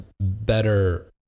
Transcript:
better